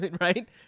right